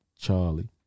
Charlie